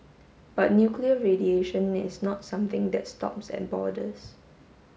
but nuclear radiation is not something that stops at borders